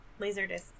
Laserdisc